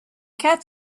cat